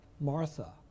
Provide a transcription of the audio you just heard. Martha